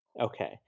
okay